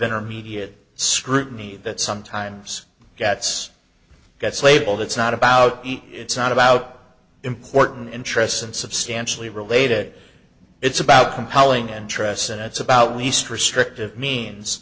intermediate scrutiny that sometimes gets gets labeled it's not about it's not about important interests and substantially related it's about compelling and tress and it's about least restrictive means